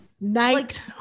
night